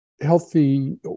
healthy